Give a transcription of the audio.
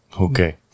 Okay